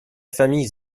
famille